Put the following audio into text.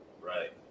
Right